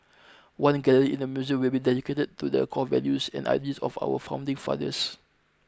one gallery in the museum will be dedicated to the core values and ideals of our founding fathers